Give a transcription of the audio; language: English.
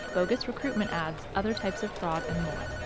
bogus recruitment ads, other types of fraud and more.